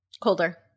Colder